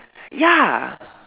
ya